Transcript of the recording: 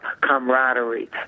camaraderie